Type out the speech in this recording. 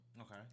Okay